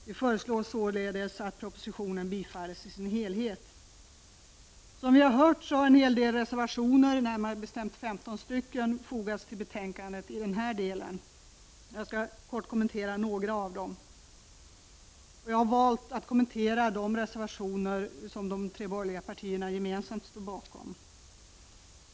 Vi föreslår således att propositionen bifalles i sin helhet. 15 reservationer har fogats till betänkandet i denna del, och jag skall kort kommentera några av dem. Jag har valt att kommentera de reservationer som de tre borgerliga partierna gemensamt står bakom.